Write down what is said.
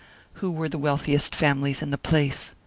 who were the wealthiest families in the place.